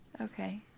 Okay